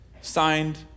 Signed